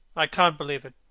i can't believe it.